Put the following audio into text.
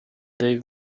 they